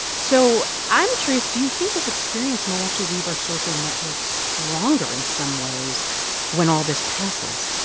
so i'm curious. do you think this experience might actually leave our social networks stronger in some ways when all this passes?